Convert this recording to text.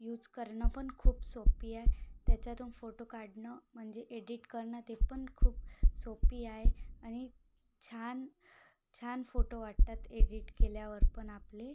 use करनंपन खूप सोपीये त्याच्यातून फोटो काढनं मनजे एडिट करनं ते पन खूप सोपी आय अनि छान छान फोटो वाटतात एडिट केल्यावरपन आपले